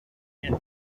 and